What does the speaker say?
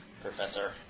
Professor